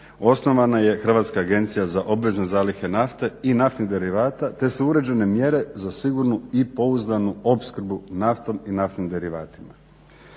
osnovana je Hrvatska agencija za obvezne zalihe nafte i naftnih derivata, te su uređene mjere za sigurnu i pouzdanu opskrbu naftom i naftnim derivatima.